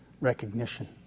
recognition